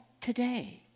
today